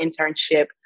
internship